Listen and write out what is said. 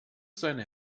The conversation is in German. seine